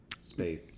Space